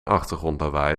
achtergrondlawaai